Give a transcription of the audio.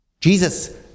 Jesus